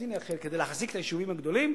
פלסטיני אחר כדי להחזיק את היישובים הגדולים,